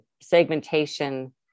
segmentation